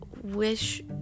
wish